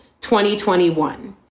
2021